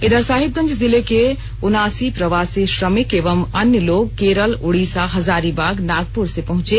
इधर साहिबगंज जिले के उनासी प्रवासी श्रमिक एवं अन्य लोग केरल उड़ीसा हजारीबागनागपुर पहुंचे